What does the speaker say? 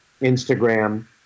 Instagram